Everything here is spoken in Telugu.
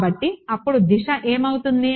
కాబట్టి అప్పుడు దిశ ఏమవుతుంది